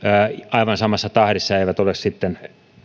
aivan samassa tahdissa eivät ole sitten